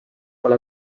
pole